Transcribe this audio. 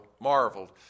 marveled